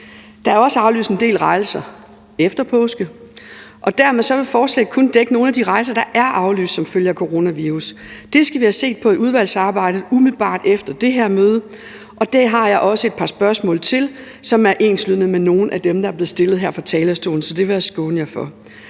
Der er også blevet aflyst en del rejser efter påske, og dermed vil forslaget kun dække nogle af de rejser, der er aflyst som følge af coronavirus. Det skal vi have set på i udvalgsarbejdet umiddelbart efter det her møde, og det har jeg også et par spørgsmål til, som er enslydende med nogle af dem, der er blevet stillet her fra talerstolen.